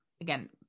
Again